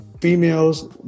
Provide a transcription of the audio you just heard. females